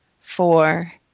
four